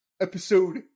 episode